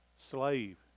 slave